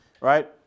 right